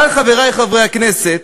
אבל, חברי חברי הכנסת,